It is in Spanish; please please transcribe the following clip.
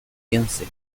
piense